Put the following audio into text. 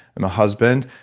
i'm a husband,